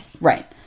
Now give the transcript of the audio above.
Right